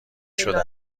شده